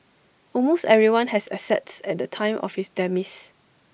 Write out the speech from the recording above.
almost everyone has assets at the time of his demise